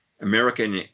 american